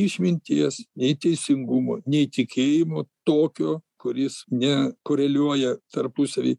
išminties nei teisingumo nei tikėjimo tokio kuris ne koreliuoja tarpusavy